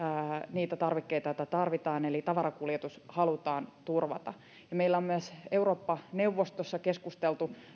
niitä tarvikkeita joita tarvitaan eli tavarakuljetus halutaan turvata meillä on myös eurooppa neuvostossa keskusteltu